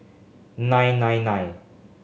nine nine nine